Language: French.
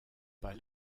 pas